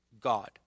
God